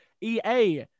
EA